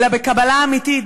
אלא בקבלה אמיתית,